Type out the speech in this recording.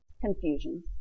confusion